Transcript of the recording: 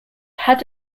had